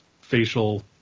facial